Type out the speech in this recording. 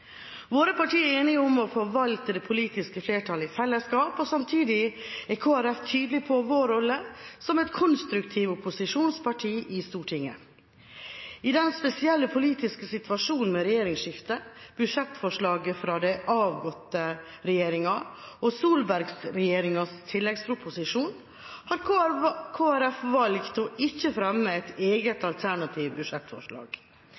Våre partier er enige om å forvalte det politiske flertallet i fellesskap og samtidig er Kristelig Folkeparti tydelig på sin rolle som et konstruktivt opposisjonsparti i Stortinget. I den spesielle politiske situasjonen med regjeringsskifte, budsjettforslaget fra den avgåtte regjeringa og Solberg-regjeringas tilleggsproposisjon, har Kristelig Folkeparti valgt ikke å fremme et